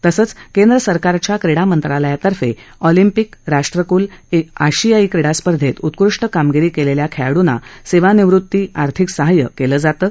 तसंच केंद्र सरकारच्या क्रीडा मंत्रालयातर्फे ऑलिम्पिंक राष्ट्रक्ल एशियन क्रीडा स्पर्धेत उत्कृष्ठ कामगिरी केलेल्या खेळाड्रंना सेवा निवृत्ती आर्थिक सहाय्य केलं जातं